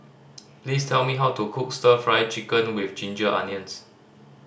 please tell me how to cook Stir Fry Chicken with ginger onions